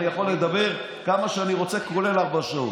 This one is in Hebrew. אני יכול לדבר כמה שאני רוצה, כל הארבע שעות.